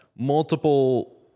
Multiple